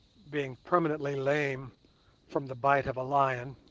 being permanently lame from the bite of a lion